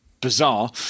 bizarre